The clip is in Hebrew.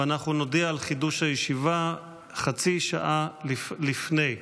ואנחנו נודיע על חידוש הישיבה חצי שעה לפני.